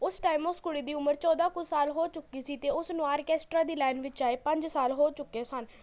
ਓਸ ਟਾਇਮ ਉਸ ਕੁੜੀ ਦੀ ਉਮਰ ਚੌਦ੍ਹਾਂ ਕੁ ਸਾਲ ਹੋ ਚੁੱਕੀ ਸੀ ਅਤੇ ਉਸ ਨੂੰ ਆਰਕੈਸਟਰਾ ਦੀ ਲੈਨ ਵਿੱਚ ਆਏ ਪੰਜ ਸਾਲ ਹੋ ਚੁੱਕੇ ਸਨ